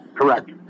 correct